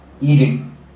eating